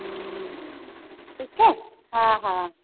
ठीकु आहे हा हा